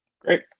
Great